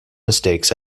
mistakes